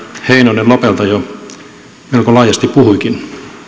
heinonen lopelta jo melko laajasti puhuikin